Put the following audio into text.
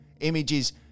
images –